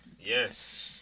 Yes